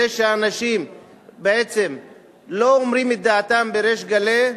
זה שאנשים בעצם לא אומרים את דעתם בריש גלי,